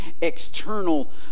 external